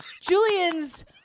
Julian's